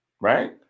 right